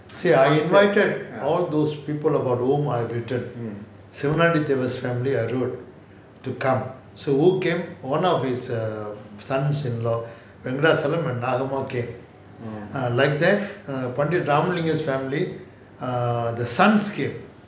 see I invited all those people about whom I've written sivanandi thevar family I wrote to come so who came one of his um sons-in-law venkatachalam nagammal came like that pandit ramalingam family the sons came